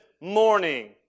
morning